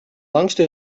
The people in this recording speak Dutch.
langste